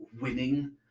winning